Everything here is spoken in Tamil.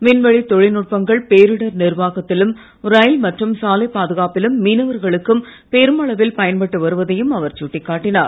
விண்வெளித் தொழில்நுட்பங்கள் பேரிடர் நிர்வாகத்திலும் ரயில் மற்றும் சாலைப் பாதுகாப்பிலும் மீனவர்களுக்கும் பெருமளவில் பயன்பட்டு வருவதையும் அவர் சுட்டிக்காட்டினார்